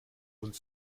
hund